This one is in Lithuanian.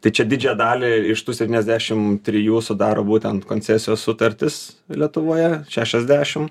tai čia didžiąją dalį iš tų septyniasdešimt trijų sudaro būtent koncesijos sutartys lietuvoje šešiasdešimt